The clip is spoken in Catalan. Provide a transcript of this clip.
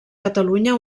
catalunya